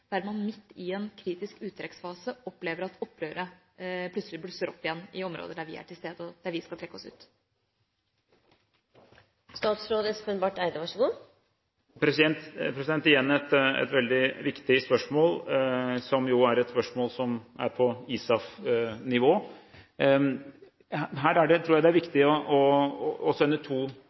der man midt i en kritisk uttrekksfase opplever at opprøret plutselig blusser opp igjen i områder der vi er til stede, og der vi skal trekke oss ut? Igjen et veldig viktig spørsmål, som jo er et spørsmål som er på ISAF-nivå. Her tror jeg det er viktig å sende to signaler samtidig. Det ene er at vi mener alvor med å